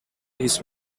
his